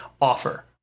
offer